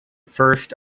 first